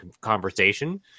conversation